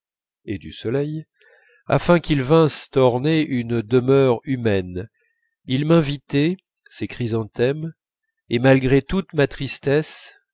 et du soleil afin qu'ils vinssent orner une demeure humaine ils m'invitaient ces chrysanthèmes et malgré toute ma tristesse